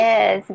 Yes